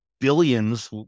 billions